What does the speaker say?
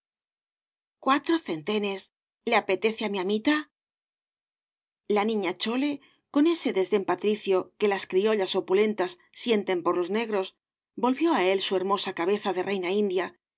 cuatro centenes le apetece á mi amita la niña chole con ese desdén patricio que í tfg obras de valle inclan g las criollas opulentas sienten por los negros volvió á él su hermosa cabeza de reina india